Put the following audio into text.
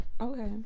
Okay